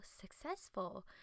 successful